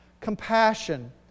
compassion